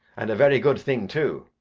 and a very good thing too.